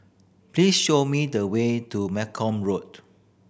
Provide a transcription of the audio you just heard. please show me the way to Malcolm Road